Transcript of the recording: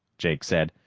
jake said.